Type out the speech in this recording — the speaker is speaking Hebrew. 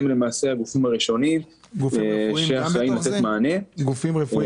הם למעשה הגופים הראשונים שאחראיים לתת מענה ראשוני.